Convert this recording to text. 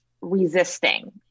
resisting